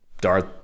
Darth